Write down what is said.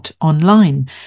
Online